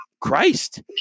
Christ